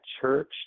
Church